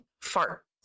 fart